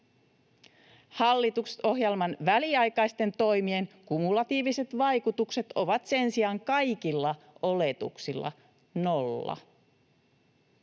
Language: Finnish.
Hallitusohjelman väliaikaisten toimien kumulatiiviset vaikutukset ovat sen sijaan kaikilla oletuksilla nolla.